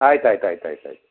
ಆಯ್ತು ಆಯ್ತು ಆಯ್ತು ಆಯ್ತು ಆಯ್ತು